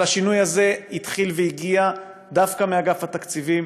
השינוי הזה התחיל והגיע דווקא מאגף התקציבים,